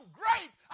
great